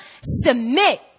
submit